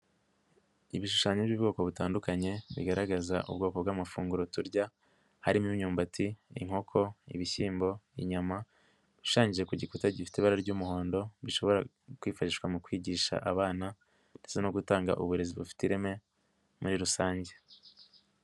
Ibishushanyo by'ubwoko butandukanye bigaragaza ubwoko bw'amafunguro turya harimo imyumbati, inkoko, ibishyimbo, inyama bishushanyije ku gikuta gifite ibara ry'umuhondo bishobora kwifashishwa mu kwigisha abana ndetse no gutanga uburezi bufite ireme muri rusange.